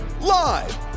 Live